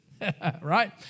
right